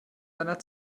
deiner